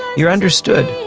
you're understood.